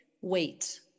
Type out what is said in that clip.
wait